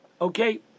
okay